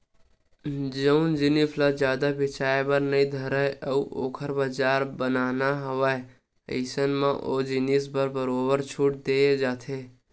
जउन जिनिस ह जादा बेचाये बर नइ धरय अउ ओखर बजार बनाना हवय अइसन म ओ जिनिस म बरोबर छूट देय जाथे